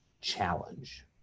challenge